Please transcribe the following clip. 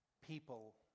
people